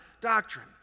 doctrine